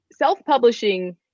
Self-publishing